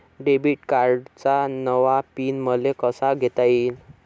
Debit कार्डचा नवा PIN मले कसा घेता येईन?